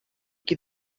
que